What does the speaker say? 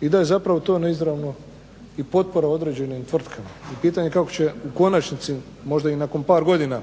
i da zapravo, to je neizravno i potpora određenim tvrtkama i pitanje je kako će u konačnici, možda i nakon par godina